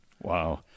Wow